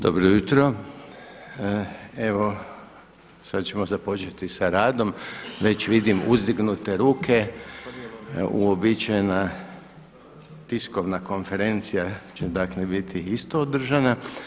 Dobro jutro, evo sada ćemo započeti sa radom, već vidim uzdignute ruke, uobičajena tiskovna konferencija će dakle biti isto održana.